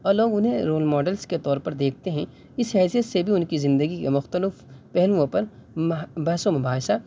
اور لوگ انہیں رول ماڈلس کے طور پر دیکھتے ہیں اس حیثیت سے بھی ان کی زندگی کا مختلف پہلوؤں پر بحث و مباحثہ